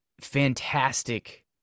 fantastic